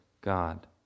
God